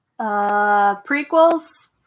prequels